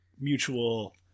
mutual